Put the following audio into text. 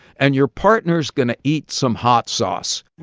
and your partner's going to eat some hot sauce,